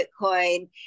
Bitcoin